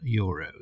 euros